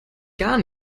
gar